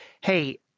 hey